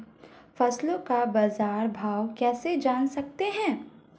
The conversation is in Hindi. फसलों का बाज़ार भाव कैसे जान सकते हैं?